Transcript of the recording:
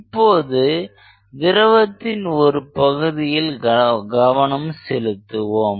இப்போது திரவத்தின் ஒரு பகுதியில் கவனம் செலுத்துவோம்